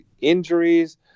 injuries